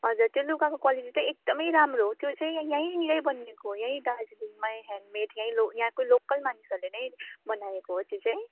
हजुर त्यो लुगाको क्वालिटी चाहिँ एकदमै राम्रो हो त्यो चाहिँ यहीँनिरै बनिएको हो यहीँ दार्जिलिङमै ह्यान्डमेड यहीँ यहाँको लोकल मानिसहरूले नै बनाएको हो त्यहाँ चाहिँ